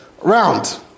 round